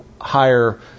higher